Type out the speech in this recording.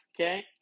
okay